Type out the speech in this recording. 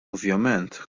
ovvjament